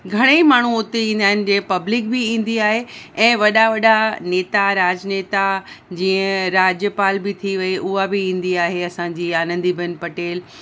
घणेई माण्हू उते ईंदा आहिनि जीअं पब्लिक बि ईंदी आहे ऐं वॾा वॾा नेता राजनेता जीअं राज्यपाल बि थी वयी उहा बि ईंदी आहे असांजी आनंदी बेन पटेल